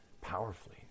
powerfully